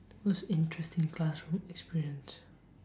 most interesting classroom experience